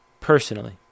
personally